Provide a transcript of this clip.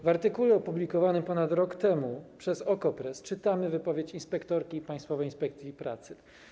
W artykule opublikowanym ponad rok temu przez OKO.press zamieszczono wypowiedź inspektorki Państwowej Inspekcji Pracy: